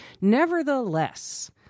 Nevertheless